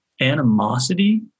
animosity